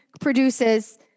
produces